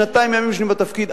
שנתיים בתפקיד,